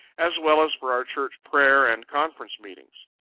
as well as for our church prayer and conference meetings.